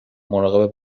مراقب